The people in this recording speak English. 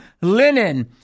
linen